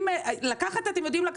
לקחת אתם יודעים,